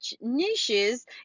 niches